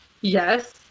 yes